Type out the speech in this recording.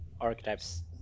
archetypes